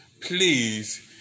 please